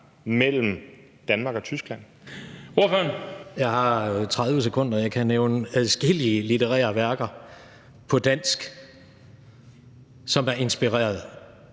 Kl. 17:54 Jens Rohde (RV): Jeg har 30 sekunder. Jeg kan nævne adskillige litterære værker på dansk, som er inspireret